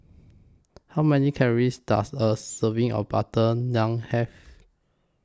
How Many Calories Does A Serving of Butter Naan Have